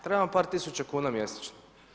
Treba vam par tisuća kuna mjesečno.